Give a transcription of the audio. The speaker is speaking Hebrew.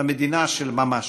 למדינה של ממש.